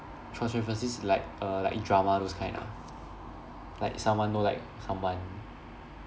controversies like err like drama those kind ah like someone don't like someone